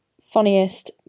funniest